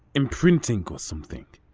imprinting or something,